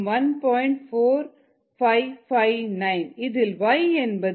4559 இதில் y என்பது1v x என்பது 1S